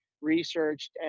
researched